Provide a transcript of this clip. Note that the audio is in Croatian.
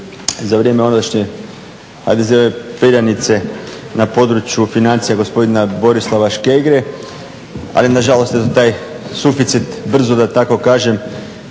za vrijeme ondašnje HDZ-ove perjanice na području financija gospodina Borislava Škegre, ali nažalost je taj suficit brzo da tako kažem